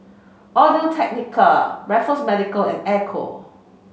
Audio Technica Raffles Medical and Ecco